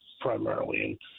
primarily